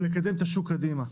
לקדם את השוק קדימה.